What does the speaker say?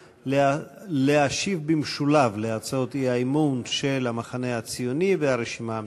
להשיב במשולב על הצעות האי-אמון של המחנה הציוני והרשימה המשותפת,